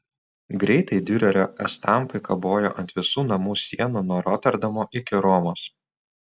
greitai diurerio estampai kabojo ant visų namų sienų nuo roterdamo iki romos